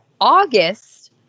August